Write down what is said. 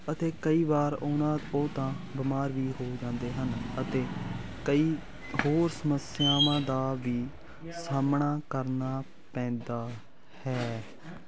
ਅਤੇ ਕਈ ਵਾਰ ਉਨ੍ਹਾਂ ਉਹ ਤਾਂ ਬਿਮਾਰ ਵੀ ਹੋ ਜਾਂਦੇ ਹਨ ਅਤੇ ਕਈ ਹੋਰ ਸਮੱਸਿਆਵਾਂ ਦਾ ਵੀ ਸਾਹਮਣਾ ਕਰਨਾ ਪੈਂਦਾ ਹੈ